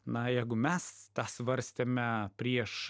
na jeigu mes tą svarstėme prieš